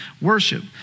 worship